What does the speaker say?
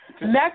Next